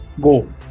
go